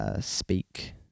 Speak